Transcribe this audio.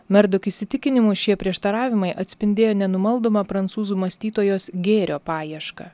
merdok įsitikinimu šie prieštaravimai atspindėjo nenumaldomą prancūzų mąstytojos gėrio paiešką